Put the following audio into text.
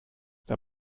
der